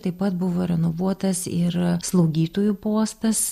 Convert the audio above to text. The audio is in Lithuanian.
taip pat buvo renovuotas ir slaugytojų postas